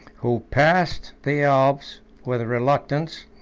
who passed the alps with reluctance,